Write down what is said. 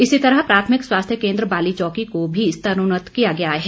इसी तरह प्राथमिक स्वास्थ्य केन्द्र बाली चौकी को भी स्तरोन्नत किया गया है